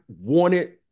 wanted